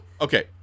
Okay